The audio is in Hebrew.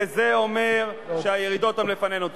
וזה אומר שהירידות הן לפנינו.